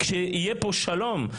כשיהיה פה שלום,